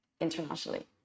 internationally